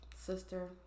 sister